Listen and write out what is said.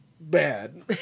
bad